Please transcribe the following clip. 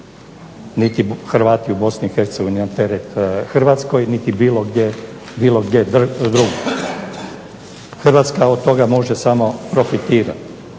niti Hrvati u BiH na teret Hrvatskoj niti bilo gdje drugdje. Hrvatska od toga može samo profitirati,